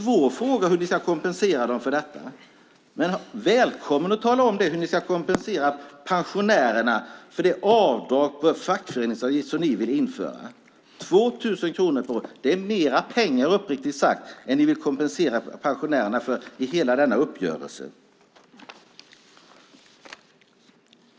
Välkommen att svara på den svåra frågan om hur ni ska kompensera pensionärerna för det avdrag för fackföreningsavgift som ni vill införa! 2 000 kronor - det är uppriktigt sagt mer pengar än ni vill kompensera pensionärerna för i hela denna uppgörelse.